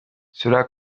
cela